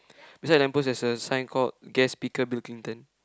beside the lamppost there's a sign called guest speaker building then